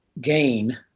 gain